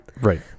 Right